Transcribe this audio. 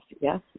yes